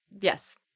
yes